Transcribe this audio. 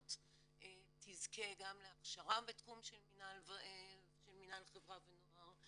המזכירות תזכה גם להכשרה בתחום של מינהל חברה ונוער,